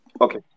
Okay